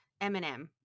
eminem